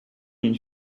une